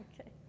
Okay